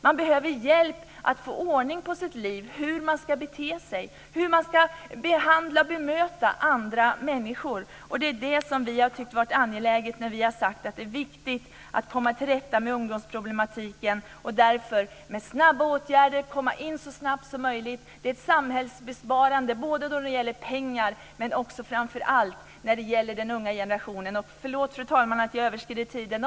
Man behöver hjälp med att få ordning på sitt liv, med hur man ska bete sig. Man behöver hjälp med hur man ska behandla och bemöta andra människor. Det har vi tyckt är angeläget när vi har sagt att det är viktigt att komma till rätta med ungdomsproblematiken och att man därför med snabba åtgärder behöver komma in så fort som möjligt. Det är samhällsbesparande när det gäller pengar men framför allt när det gäller den unga generationen. Förlåt, fru talman, att jag överskrider tiden.